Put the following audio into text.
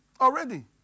already